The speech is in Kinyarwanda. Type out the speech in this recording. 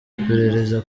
iperereza